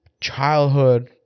Childhood